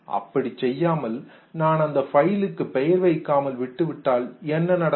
அப்படி செய்யாமல் நான் அந்த பைல்லுக்கு பெயர் வைக்காமல் விட்டு விட்டால் என்ன நடக்கும்